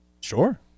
Sure